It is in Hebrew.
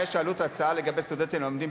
הרי שעלות ההצעה לגבי סטודנטים הלומדים